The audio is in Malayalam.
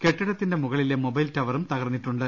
കെട്ടി ടത്തിന്റെ മുകളിലെ മൊബൈൽടവറും തകർന്നിട്ടുണ്ട്